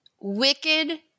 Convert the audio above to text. Wicked